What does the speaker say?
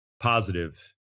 Positive